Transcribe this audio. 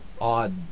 odd